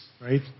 right